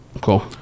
Cool